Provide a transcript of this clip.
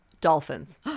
Dolphins